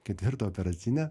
ketvirtą operacinę